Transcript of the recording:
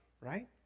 right